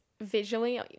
visually